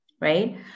right